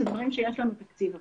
אלה דברים שיש לנו תקציב עבורם.